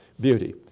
beauty